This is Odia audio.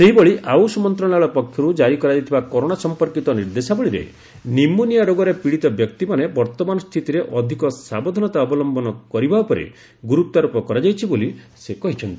ସେହିଭଳି ଆୟୁଷ ମନ୍ତ୍ରଶାଳୟ ପକ୍ଷରୁ ଜାରି କରାଯାଇଥିବା କରୋନା ସଫପର୍କିତ ନିର୍ଦ୍ଦେଶାବଳୀରେ ନିମୋନିଆ ରୋଗରେ ପୀଡ଼ିତ ବ୍ୟକ୍ତିମାନେ ବର୍ତ୍ତମାନ ସ୍ଥିତିରେ ଅଧିକ ସାବଧାନତା ଅବଲମ୍ଘନ କରିବା ଉପରେ ଗୁରୁତ୍ୱାରୋପ କରାଯାଇଛି ବୋଲି ସେ କହିଚ୍ଛନ୍ତି